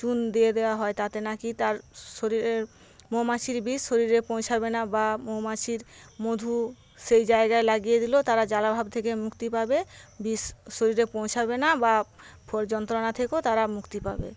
চুন দিয়ে দেয়া হয় তাতে নাকি তার শরীরে মৌমাছির বিষ শরীরে পৌঁছাবে না বা মৌমাছির মধু সেই জায়গায় লাগিয়ে দিলেও তারা জ্বালাভাব থেকে মুক্তি পাবে বিষ শরীরে পৌঁছাবে না বা যন্ত্রণা থেকেও তারা মুক্তি পাবে